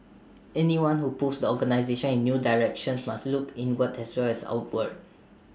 anyone who pulls the organisation in new directions must look inward as well as outward